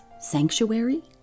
sanctuary